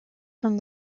from